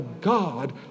God